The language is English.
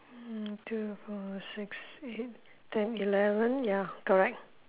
hmm two four six eight ten eleven ya correct